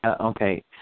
okay